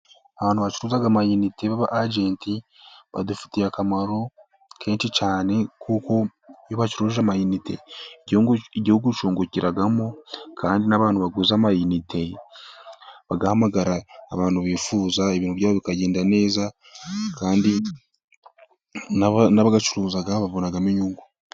Abantu bacuruza amayinite b'abayejenti badufitiye akamaro kenshi cyane. Kuko iyo bacuruje amayinite Igihugu cyungukiramo, kandi n'abantu baguze amayinite bagahamagara abantu bifuza, ibintu bikagenda neza. N'abayacuruza bakuramo inyungu.